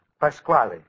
Pasquale